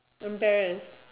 embarrass